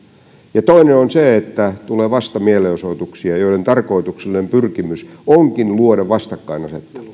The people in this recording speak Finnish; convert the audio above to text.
ja toinen on se että tulee vastamielenosoituksia joiden tarkoituksellinen pyrkimys onkin luoda